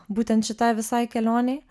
būtent šitai visai kelionei